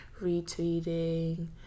retweeting